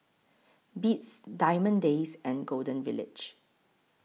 Beats Diamond Days and Golden Village